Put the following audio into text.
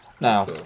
Now